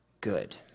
good